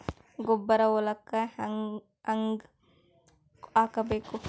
ಗೊಬ್ಬರ ಹೊಲಕ್ಕ ಹಂಗ್ ಹಾಕಬೇಕು?